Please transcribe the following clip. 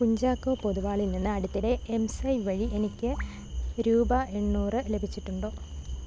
കുഞ്ചാക്കോ പൊതുവാളിൽ നിന്ന് അടുത്തിടെ എംസ്വൈപ്പ് വഴി എനിക്ക് രൂപ എണ്ണൂറ് ലഭിച്ചിട്ടുണ്ടോ